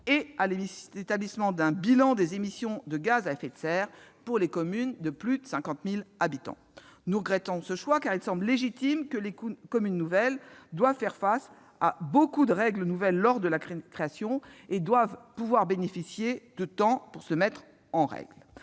et à l'établissement d'un bilan des émissions de gaz à effet de serre pour les communes de plus de 50 000 habitants. Nous regrettons ce choix, car il semble légitime que les communes nouvelles, qui doivent faire face à de nombreuses nouvelles règles lors de leur création, bénéficient de temps pour se mettre en règle.